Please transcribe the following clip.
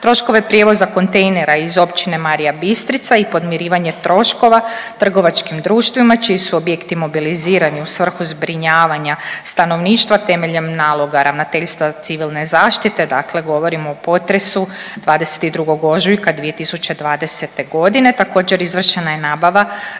troškove prijevoza kontejnera iz općine Marija Bistrica i podmirivanje troškova trgovačkim društvima čiji su objekti mobilizirani u svrhu zbrinjavanja stanovništva temeljem naloga Ravnateljstva Civilne zaštite. Dakle, govorim o potresu 22. ožujka 2020. godine. Također izvršena je nabava